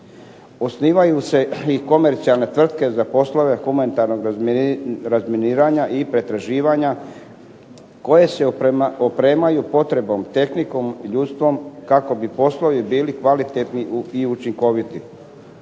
Osnivaju se i komercijalne tvrtke za poslove humanitarnog razminiranja i pretraživanja koje se opremaju potrebnom tehnikom, ljudstvom kako bi poslovi bili kvalitetni i učinkoviti.